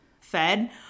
fed